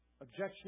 objection